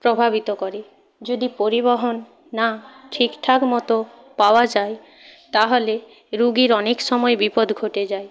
প্রভাবিত করে যদি পরিবহন না ঠিকঠাক মতো পাওয়া যায় তাহলে রোগীর অনেক সময় বিপদ ঘটে যায়